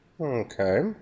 okay